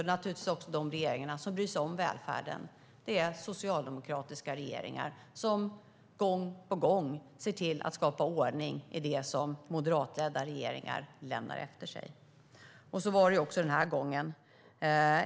Det är de regeringar som bryr sig om välfärden. Det är socialdemokratiska regeringar som gång på gång ser till att skapa ordning i det som moderatledda regeringar lämnar efter sig. Så var det också denna gång.